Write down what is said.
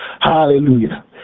Hallelujah